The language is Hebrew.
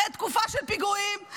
אחרי תקופה של פיגועים,